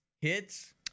hits